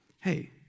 Hey